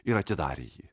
ir atidarė jį